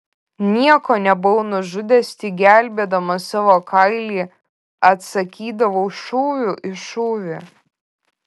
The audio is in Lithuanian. nieko nebuvau nužudęs tik gelbėdamas savo kailį atsakydavau šūviu į šūvį